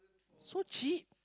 so cheap